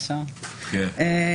בסדר.